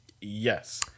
Yes